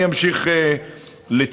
אני אמשיך לצפות,